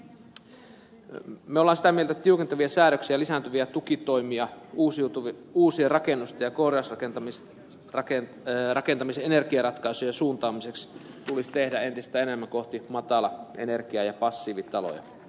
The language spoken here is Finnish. me olemme sitä mieltä että tiukentavia säädöksiä lisääntyviä tukitoimia uusiorakennusta ja korjausrakentamisen energiaratkaisujen suuntaamista tulisi tehdä entistä enemmän kohti matalaenergia ja passiivitaloja